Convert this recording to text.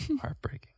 Heartbreaking